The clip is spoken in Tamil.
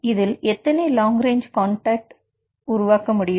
இதில் எத்தனை லாங் ரேஞ்சு கான்டக்ட் உருவாக்க முடியும்